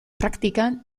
praktikan